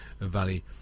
valley